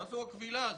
מה זו הכבילה הזאת?